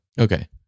Okay